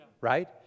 right